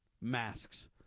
masks